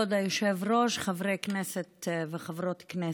כבוד היושב-ראש, חברי כנסת וחברות כנסת,